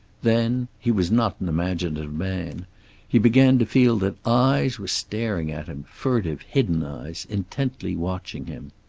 then he was not an imaginative man he began to feel that eyes were staring at him, furtive, hidden eyes, intently watching him.